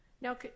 Now